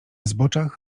zboczach